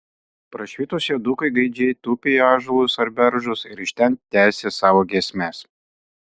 prašvitus juodukai gaidžiai tūpė į ąžuolus ar beržus ir iš ten tęsė savo giesmes